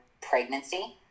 pregnancy